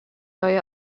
های